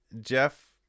jeff